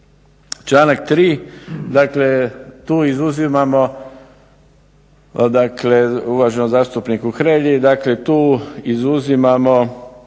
Članak 3. dakle tu izuzimamo, dakle uvaženom zastupniku Hrelji, dakle tu izuzimamo